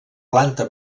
planta